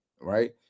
right